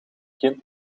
kind